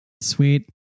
Sweet